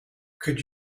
could